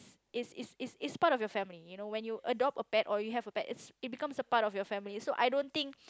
is is is part of your family you know when you adopt a pet or you have a pet it becomes part of your family so I don't think